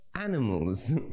animals